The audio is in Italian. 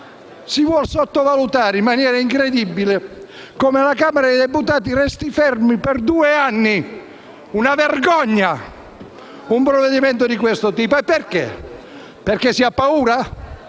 Si vuole sottovalutare in maniera incredibile come alla Camera dei deputati resti fermo per due anni un provvedimento di questo tipo: è una vergogna! Perché si ha paura?